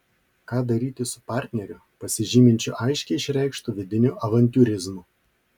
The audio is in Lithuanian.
ką daryti su partneriu pasižyminčiu aiškiai išreikštu vidiniu avantiūrizmu